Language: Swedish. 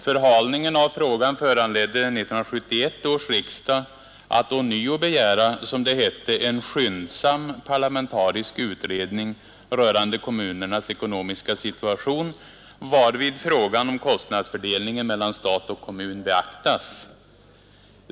Förhalningen av frågan föranledde 1971 års riksdag att ånyo begära, som det hette, ”en skyndsam parlamentarisk utredning rörande kommunernas ekonomiska situation, varvid frågan om kostnadsfördelningen mellan stat och kommun beaktas”.